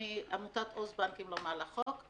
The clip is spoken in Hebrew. אני מעמותת "עוז בנקים לא מעל החוק".